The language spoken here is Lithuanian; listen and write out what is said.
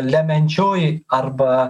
lemiančioji arba